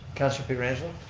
councilor pietrangelo.